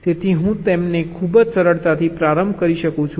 તેથી હું તેમને ખૂબ જ સરળતાથી પ્રારંભ કરી શકું છું